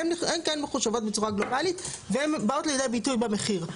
הן כן מחושבות בצורה גלובלית והן באות לידי ביטוי במחיר.